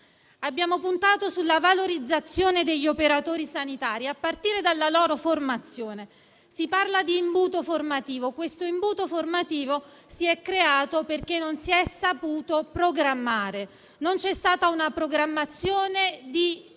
Abbiamo puntato sulla valorizzazione degli operatori sanitari, a partire dalla loro formazione. Si parla di imbuto formativo, che si è creato perché non si è saputo programmare: non c'è stata una programmazione degli